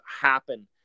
happen